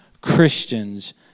Christians